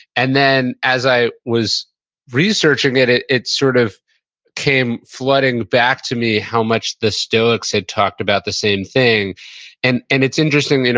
and then, as i was researching it, it it sort of came flooding back to me how much the stoics had talked about the same thing and and it's interesting, and